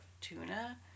tuna